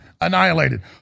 annihilated